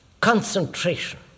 concentration